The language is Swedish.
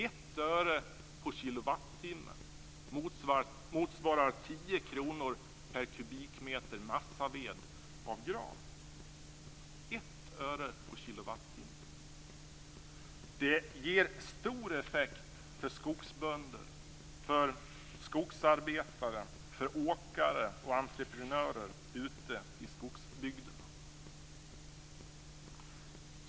1 öre på kilowattimmen motsvarar 10 kr per kubikmeter massaved av gran - 1 öre på kilowattimmen. Det ger stor effekt för skogsbönder, skogsarbetare, åkare och entreprenörer ute i skogsbygderna.